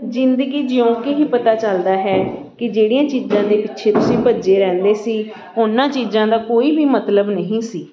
ਜ਼ਿੰਦਗੀ ਜਿਊਂ ਕੇ ਹੀ ਪਤਾ ਚਲਦਾ ਹੈ ਕਿ ਜਿਹੜੀਆਂ ਚੀਜ਼ਾਂ ਦੇ ਪਿੱਛੇ ਅਸੀਂ ਭੱਜੇ ਰਹਿੰਦੇ ਸੀ ਉਹਨਾਂ ਚੀਜ਼ਾਂ ਦਾ ਕੋਈ ਵੀ ਮਤਲਬ ਨਹੀਂ ਸੀ